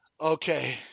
Okay